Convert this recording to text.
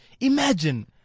Imagine